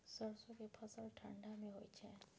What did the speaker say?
सरसो के फसल ठंडा मे होय छै?